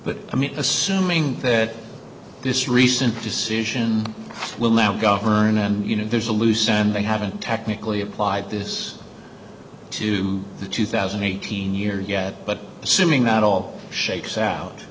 but i mean assuming that this recent decision will now govern and you know there's a loose and they haven't technically applied this to the two thousand and eighteen years yet but assuming that all shakes out